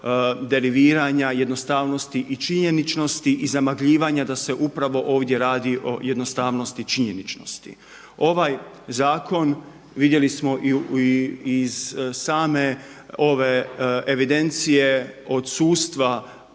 deriviranja jednostavnosti i činjeničnosti i zamagljivanja da se upravo ovdje radi o jednostavnosti činjeničnosti. Ovaj zakon vidjeli smo i iz same ove evidencije odsustva